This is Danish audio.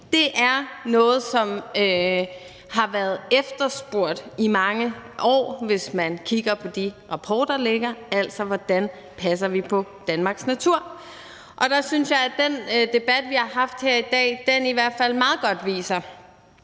Det er noget, som har været efterspurgt i mange år, hvis man kigger på de rapporter, der ligger – altså hvordan vi passer på Danmarks natur. Og der synes jeg, at den debat, vi har haft her i dag, i hvert fald meget godt viser,